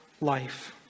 life